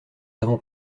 avons